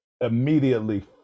immediately